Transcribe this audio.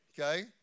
okay